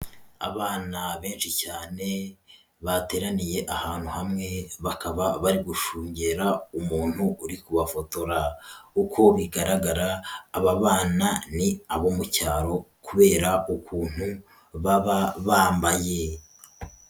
Abana benshi cyane bateraniye ahantu hamwe bakaba bari gushungera umuntu uri kubafotora, uko bigaragara aba bana ni abo mu cyaro kubera ukuntu baba bambaye.